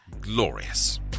glorious